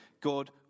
God